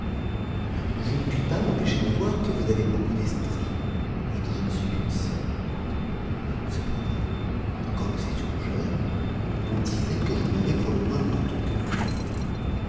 je ne puis pas m'empêcher de voir que vous avez beaucoup d'esprit et que je ne suis qu'une sotte cependant quand nous étions jeunes on disait que j'en avais pour le moins autant que vous